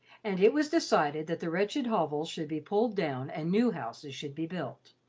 and it was decided that the wretched hovels should be pulled down and new houses should be built.